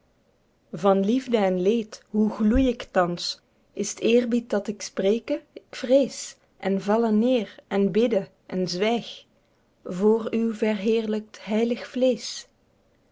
van liefde en leed hoe gloei ik thans is t eerbied dat ik spreke k vrees en valle neêr en bidde en zwyg vr uw verheerlykt heilig vleesch